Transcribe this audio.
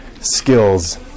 skills